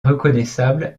reconnaissable